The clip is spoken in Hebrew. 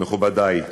מכובדי,